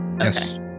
Yes